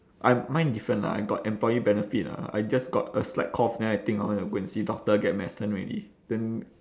I mine different lah I got employee benefit lah I just got a slight cough then I think I wanna go and see doctor get medicine already then